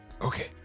Okay